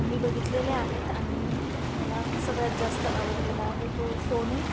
मी बघितलेले आहेत आणि मला सगळ्यात जास्त आवडलेला आहे तो सोनी